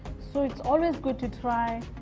so it's always good to try.